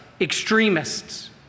extremists